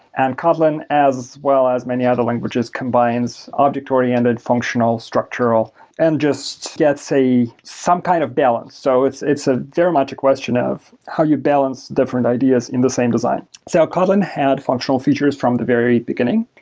and kotlin as well as many other languages combines ah object-oriented, functional, structural and just gets some kind of balance. so it's it's ah very much a question of how you balance different ideas in the same design. so kotlin had functional features from the very beginning,